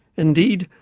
indeed,